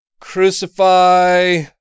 crucify